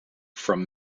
from